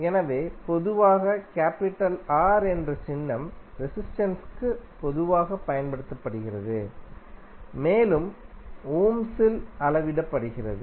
எனவே பொதுவாக R என்ற சின்னம் ரெசிஸ்டென்ஸிற்கு பொதுவாகப் பயன்படுத்தப்படுகிறது மேலும் இது ஓம்ஸில் அளவிடப்படுகிறது